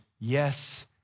yes